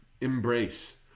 embrace